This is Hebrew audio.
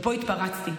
ופה התפרצתי.